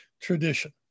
tradition